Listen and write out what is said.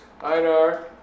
Einar